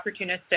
opportunistic